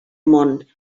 món